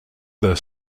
their